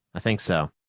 i think so.